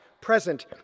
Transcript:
present